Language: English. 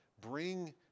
bring